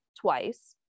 twice